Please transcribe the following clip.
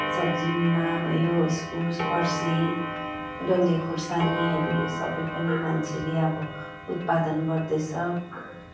सब्जीमा भयो इसकुस फर्सी डल्ले खुर्सानीहरू यो सबै पनि मान्छेले अब उत्पादन गर्दैछ